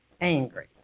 angry